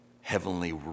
heavenly